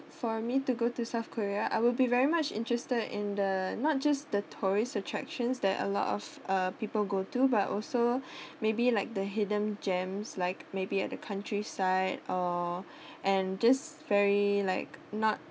for me to go to south korea I will be very much interested in the not just the tourists attractions that a lot of uh people go to but also maybe like the hidden gems like maybe at the countryside or and just very like not